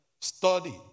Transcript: Study